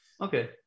okay